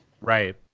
Right